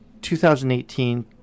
2018